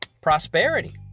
prosperity